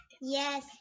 Yes